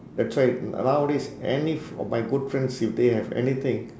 a trend nowadays any of my good friends if they have anything